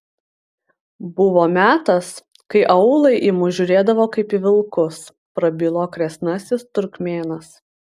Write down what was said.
buvo metas kai aūlai į mus žiūrėdavo kaip į vilkus prabilo kresnasis turkmėnas